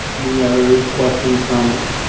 any other questions, comments?